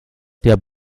der